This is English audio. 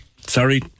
sorry